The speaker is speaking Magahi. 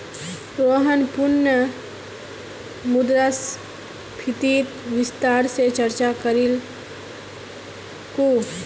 रोहन पुनः मुद्रास्फीतित विस्तार स चर्चा करीलकू